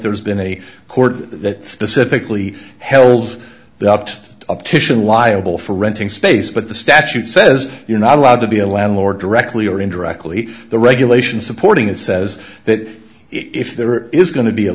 there's been a court that specifically hells the opt optician liable for renting space but the statute says you are not allowed to be a landlord directly or indirectly the regulation supporting it says that if there is going to be a